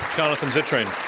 jonathan zittrain.